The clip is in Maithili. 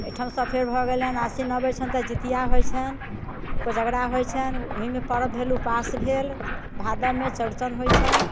एहिठामसँ फेर भऽ गेलनि आश्विन अबैत छनि तऽ जितिआ होइत छनि कोजगरा होइत छनि ओहिमे परब भेल उपास भेल भादवमे चौरचन होइत छनि